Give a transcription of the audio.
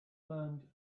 learned